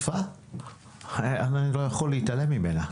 האכיפה, אני לא יכול להתעלם ממנה.